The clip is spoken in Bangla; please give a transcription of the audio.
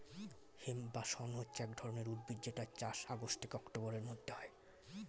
হেম্প বা শণ হচ্ছে এক ধরণের উদ্ভিদ যেটার চাষ আগস্ট থেকে অক্টোবরের মধ্যে হয়